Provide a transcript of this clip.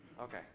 Okay